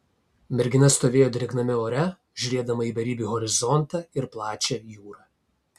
mergina stovėjo drėgname ore žiūrėdama į beribį horizontą ir plačią jūrą